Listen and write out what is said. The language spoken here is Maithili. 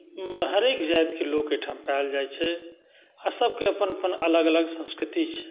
हरेक जातिके लोक एहिठाम पायल जाइत छै आ सभके अपन अपन अलग अलग संस्कृति छै